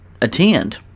attend